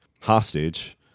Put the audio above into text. hostage